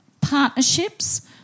partnerships